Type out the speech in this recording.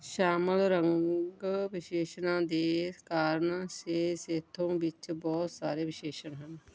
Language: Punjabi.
ਸ਼ਾਮਲ ਰੰਗ ਵਿਸ਼ੇਸ਼ਣਾਂ ਦੇ ਕਾਰਨ ਸੇਸੋਥੋ ਵਿੱਚ ਬਹੁਤ ਸਾਰੇ ਵਿਸ਼ੇਸ਼ਣ ਹਨ